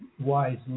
wise